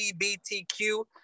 LGBTQ